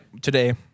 today